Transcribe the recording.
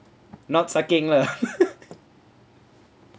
not sucking lah